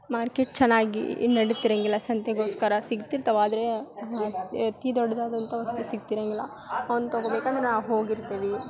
market ಚೆನ್ನಾಗಿ ಇಲ್ಲಿ ನಡಿತಿರಂಗಿಲ್ಲ ಸಂತೆಗೋಸ್ಕರ ಸಿಗ್ತಿರ್ತವೆ ಆದರೆ ಅತೀ ದೊಡ್ದಾದಂಥ ವಸ್ತು ಸಿಗ್ತಿರಂಗಿಲ್ಲ ಅವ್ನ ತೊಗೊಬೇಕಂದ್ರೆ ನಾವು ಹೋಗಿರ್ತೇವಿ